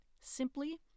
simply